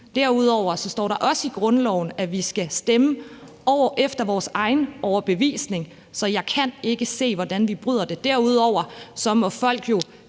Derudover står der også i grundloven, at vi skal stemme efter vores egen overbevisning, så jeg kan ikke se, hvordan vi bryder noget der. Derudover må folk jo